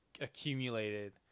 accumulated